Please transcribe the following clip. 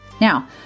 Now